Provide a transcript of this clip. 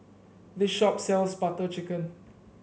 this shop sells Butter Chicken